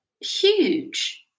Huge